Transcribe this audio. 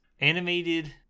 animated